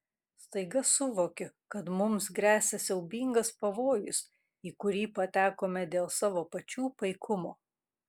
staiga suvokiu kad mums gresia siaubingas pavojus į kurį patekome dėl savo pačių paikumo